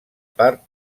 part